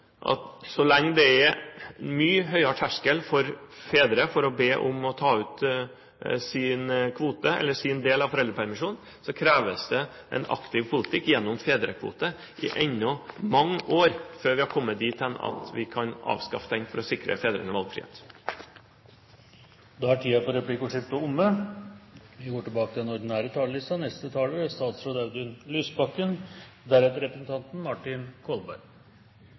Så lenge det er en mye høyere terskel for fedre for å be om å ta ut sin del av foreldrepermisjonen, kreves det en aktiv politikk med fedrekvote i ennå mange år for å sikre fedrene valgfrihet før vi har kommet dit hen at vi kan avskaffe den. Replikkordskiftet er omme. Jeg må først få be om unnskyldning for